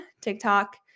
TikTok